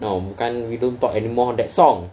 no bukan we don't talk anymore that song